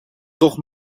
toch